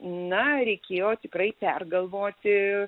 na reikėjo tikrai pergalvoti